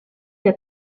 der